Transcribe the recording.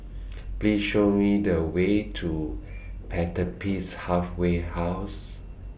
Please Show Me The Way to Pertapis Halfway House